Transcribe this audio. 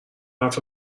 حرف